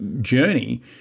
journey